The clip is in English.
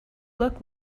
looked